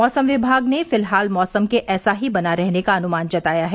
मौसम विभाग ने फिलहाल मौसम के ऐसा ही बना रहने का अनुमान जताया है